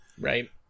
Right